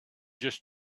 just